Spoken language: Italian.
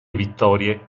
vittorie